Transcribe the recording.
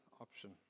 option